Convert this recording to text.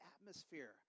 atmosphere